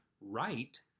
right